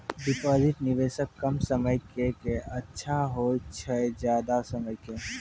Deposit निवेश कम समय के के अच्छा होय छै ज्यादा समय के?